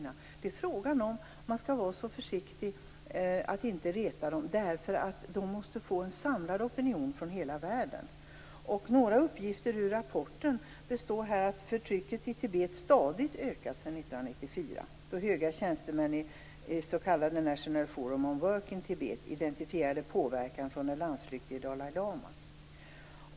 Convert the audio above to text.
Det är fråga om ifall man skall vara så försiktig med att inte reta Kina. Kina måste mötas av en samlad opinion från hela världen. I rapporten står det att förtrycket i Tibet stadigt har ökat sedan 1994, då höga tjänstemän i det tredje s.k. National Forum on Work in Tibet identifierade påverkan från den landsflyktige Dalai lama.